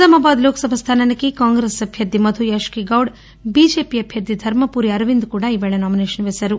నిజామాబాద్ లోక్సభ స్థానానికి కాంగ్రెస్ అభ్యర్థి మధుయాష్మీ గౌడ్ బిజెపి అభ్యర్థి ధర్మపురి అరవింద్కూడా ఈరోజు నామినేషన్ వేసారు